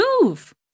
move